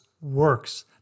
Works